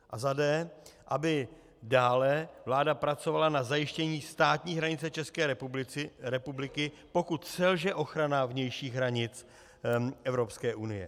A za d) aby dále vláda pracovala na zajištění státní hranice České republiky, pokud selže ochrana vnějších hranic Evropské unie.